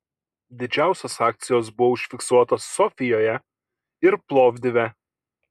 didžiausios akcijos buvo užfiksuotos sofijoje ir plovdive